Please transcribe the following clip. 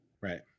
Right